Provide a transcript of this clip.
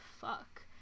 fuck